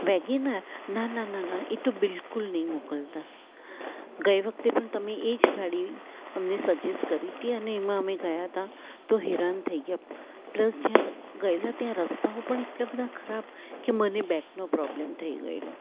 Wagon R ના ના ના એ તો બિલકુલ નહીં મોકલતાં ગઈ વખતે પણ તમે એ જ ગાડી અમને સજેસ્ટ કરી હતી અને એમાં ગયાં હતાં તો હેરાન થઈ ગયાં પ્લસ જ્યાં ગયેલાં ત્યાં રસ્તા પણ એટલાં બધાં ખરાબ કે મને બેકનો પ્રોબ્લેમ થઈ ગયેલો